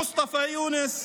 מוסטפא יונס,